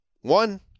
one